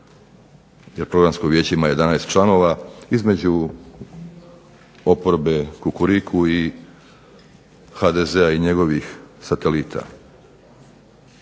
jer Programsko vijeće ima 11 članova, između oporbe Kukuriku i HDZ-a i njegovih satelita.